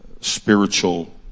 spiritual